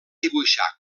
dibuixar